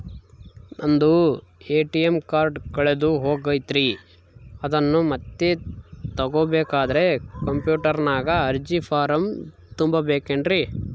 ನಂದು ATM card ಕಳೆದು ಹೋಗೈತ್ರಿ ಅದನ್ನು ಮತ್ತೆ ತಗೋಬೇಕಾದರೆ ಕಂಪ್ಯೂಟರ್ ನಾಗ ಅರ್ಜಿ ಫಾರಂ ತುಂಬಬೇಕನ್ರಿ?